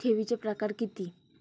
ठेवीचे प्रकार किती?